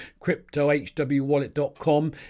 cryptohwwallet.com